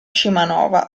scimanova